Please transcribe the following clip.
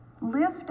Lift